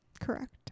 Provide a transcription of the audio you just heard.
Correct